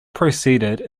proceeded